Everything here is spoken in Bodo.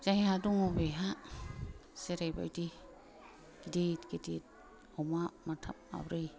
जायहा दङ बेहा जेरैबादि गिदिर गिदिर अमा माथाम माब्रै